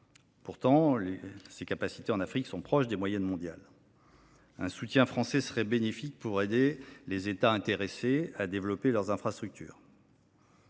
Pourtant, les capacités en Afrique sont proches des moyennes mondiales. Un soutien français serait bénéfique pour aider les États intéressés à développer leurs infrastructures.